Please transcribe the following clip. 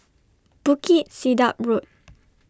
Bukit Sedap Road